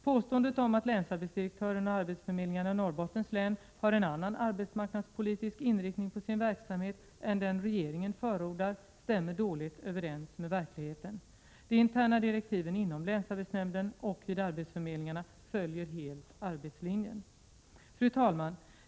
Påståendet om att länsarbetsdirektören och arbetsförmedlingarna i Norrbottens län har en annan arbetsmarknadspolitisk inriktning på sin verksamhet än den regeringen förordar stämmer dåligt överens med verkligheten. De interna direktiven inom länsarbetsnämnden och vid arbetsförmedlingarna följer helt arbetslinjen.